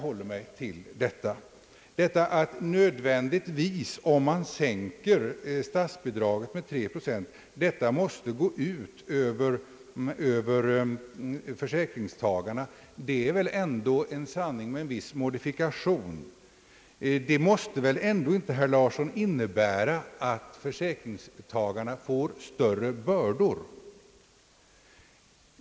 Att en sänkning av statsbidraget med 3 procent nödvändigtvis måste gå ut över försäkringstagarna är en typiskt glidande formulering. Det behöver inte alls, herr Larsson, innebära att försäkringstagarna får större bördor.